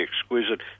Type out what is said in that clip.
exquisite